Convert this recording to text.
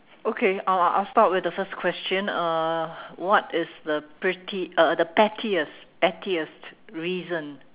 okay I'll I'll start with the first question uh what is the pretty uh the pettiest pettiest reason